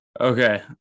Okay